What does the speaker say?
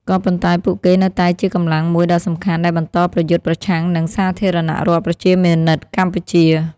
ក៏ប៉ុន្តែពួកគេនៅតែជាកម្លាំងមួយដ៏សំខាន់ដែលបន្តប្រយុទ្ធប្រឆាំងនឹង សាធារណរដ្ឋប្រជាមានិតកម្ពុជា។